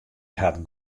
hat